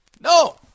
No